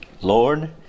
Lord